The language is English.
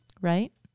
right